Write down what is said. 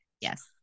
yes